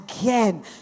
again